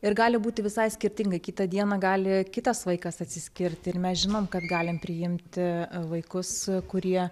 ir gali būti visai skirtingai kitą dieną gali kitas vaikas atsiskirti ir mes žinom kad galim priimti vaikus kurie